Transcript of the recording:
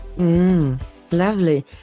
Lovely